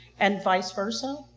and vice versa,